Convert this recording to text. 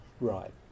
Right